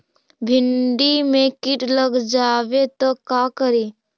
भिन्डी मे किट लग जाबे त का करि?